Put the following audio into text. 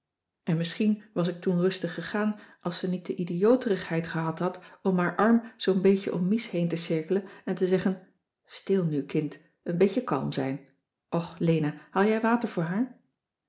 en misschien was ik toen rustig gegaan als ze niet de idioterigheid gehad had om haar arm zoo'n beetje om mies heen te cirkelen en te zeggen stil nu kind een beetje kalm zijn och lena haal jij water voor haar